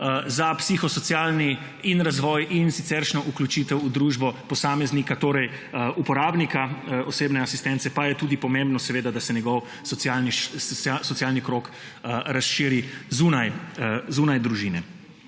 za psihosocialni razvoj in siceršnjo vključitev v družbo. Za posameznika, za uporabnika osebne asistence pa je tudi pomembno, da se njegov socialni krog razširi zunaj družine.